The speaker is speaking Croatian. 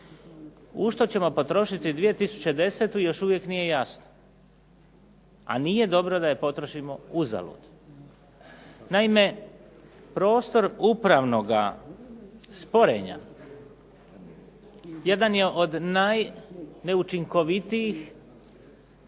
U što ćemo potrošiti 2010. još uvijek nije jasno. A nije dobro da je potrošimo uzalud. Naime, prostor upravnoga sporenja jedan je od najneučinkovitijih,